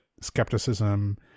skepticism